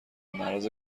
معرض